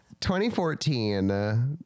2014